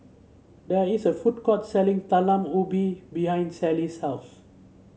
there is a food court selling Talam Ubi behind Sallie's house